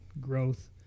growth